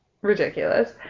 ridiculous